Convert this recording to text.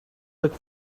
look